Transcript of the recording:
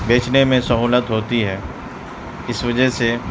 بیچنے میں سہولت ہوتی ہے اس وجہ سے